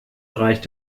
reicht